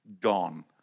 gone